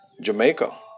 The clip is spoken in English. Jamaica